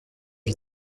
est